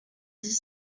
dix